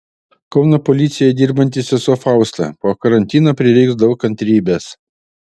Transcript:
kauno policijoje dirbanti sesuo fausta po karantino prireiks daug kantrybės